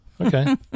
Okay